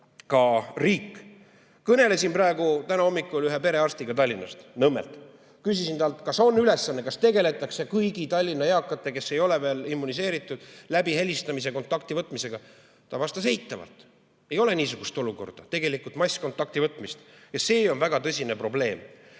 ka riik. Kõnelesin täna hommikul ühe perearstiga Tallinnast Nõmmelt. Küsisin talt, kas on ülesanne, kas tegeldakse kõigi Tallinna eakatega, kes ei ole veel immuniseeritud, kas neile helistatakse. Ta vastas eitavalt. Ei ole niisugust massilist kontakti võtmist. Ja see on väga tõsine probleem.